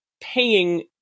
paying